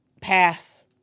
pass